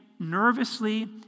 Nervously